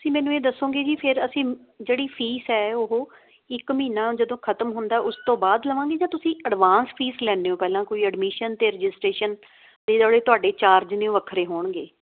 ਤੁਸੀਂ ਮੈਨੂੰ ਇਹ ਦੱਸੋਂਗੇ ਜੀ ਫਿਰ ਅਸੀਂ ਜਿਹੜੀ ਫੀਸ ਹੈ ਉਹ ਇੱਕ ਮਹੀਨਾ ਜਦੋਂ ਖ਼ਤਮ ਹੁੰਦਾ ਉਸ ਤੋਂ ਬਾਅਦ ਦੇਵਾਂਗੇ ਜਾਂ ਤੁਸੀਂ ਅਡਵਾਂਸ ਫੀਸ ਲੈਂਦੇ ਹੋ ਪਹਿਲਾਂ ਕੋਈ ਅਡਮਿਸ਼ਨ ਅਤੇ ਰਜਿਸਟਰੇਸ਼ਨ 'ਤੇ ਜਿਹੜੇ ਤੁਹਾਡੇ ਚਾਰਜ ਨੇ ਵੱਖਰੇ ਹੋਣਗੇ